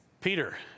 Peter